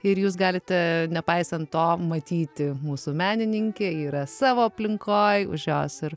ir jūs galite nepaisant to matyti mūsų menininkė yra savo aplinkoj už jos ir